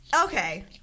Okay